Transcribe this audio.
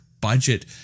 budget